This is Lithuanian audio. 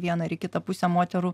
vieną ar į kitą pusę moterų